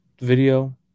video